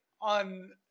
on